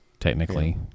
technically